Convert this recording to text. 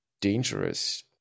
dangerous